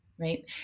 Right